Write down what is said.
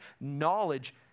knowledge